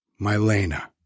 Mylena